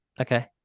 okay